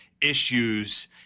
issues